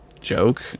joke